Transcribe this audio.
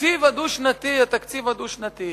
התקציב הדו-שנתי, התקציב הדו-שנתי.